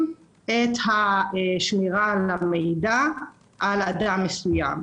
את השמירה על המידע על אדם מסוים,